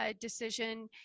decision